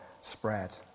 spread